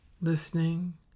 listening